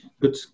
good